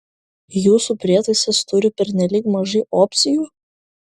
jūsų prietaisas turi pernelyg mažai opcijų